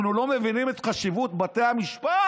אנחנו לא מבינים את חשיבות בתי המשפט?